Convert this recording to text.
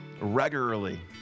regularly